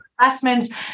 investments